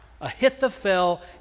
Ahithophel